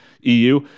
EU